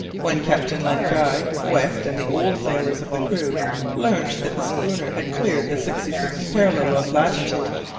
when captain len guy, west, and the old sailors of the crew learned that the schooner had cleared the sixty-sixth parallel of latitude,